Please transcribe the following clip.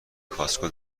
کاسکو